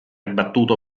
battuto